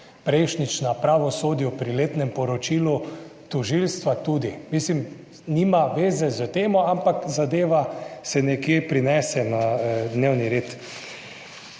prejšnjič na pravosodju pri letnem poročilu tožilstva, tudi mislim nima veze s temo, ampak zadeva se nekje prinese na dnevni red,